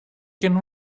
can